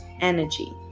energy